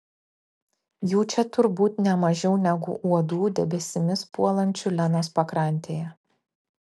jų čia turbūt ne mažiau negu uodų debesimis puolančių lenos pakrantėje